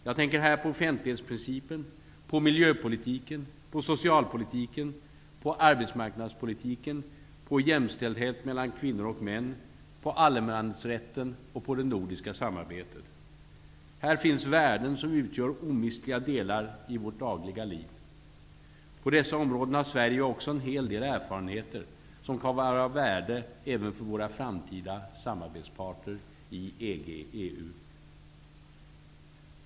Jag tänker här på offentlighetsprincipen, på miljöpolitiken, på socialpolitiken, på arbetsmarknadspolitiken, på jämställdhet mellan kvinnor och män, på allemansrätten och på det nordiska samarbetet. Här finns värden som utgör omistliga delar i vårt dagliga liv. På dessa områden har Sverige också en hel del erfarenheter som kan vara av värde även för våra framtida samarbetspartner i EG/EU.